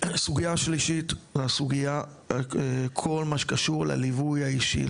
סוגייה שלישית זו הסוגייה על כל מה שקשור לליווי האישי,